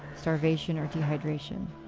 starvation or dehydration,